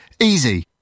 Easy